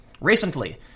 Recently